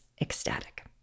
ecstatic